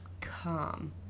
calm